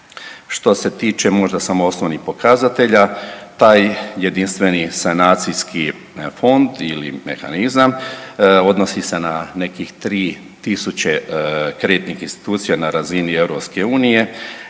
Što se tiče možda samo osnovnih pokazatelja taj Jedinstveni sanacijski fond ili mehanizam odnosi se na nekih 3.000 kreditnih institucija na razini EU.